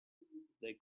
they